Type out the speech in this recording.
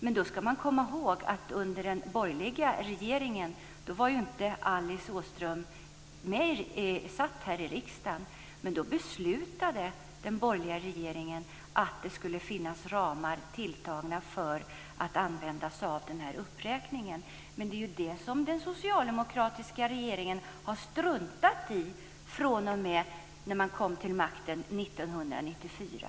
Man ska dock komma ihåg att under den borgerliga regeringen, då Alice Åström inte satt i riksdagen, beslutade denna att det skulle finnas ramar tilltagna för att använda till den här uppräkningen. Men det har ju den socialdemokratiska regeringen struntat i sedan man kom till makten år 1994.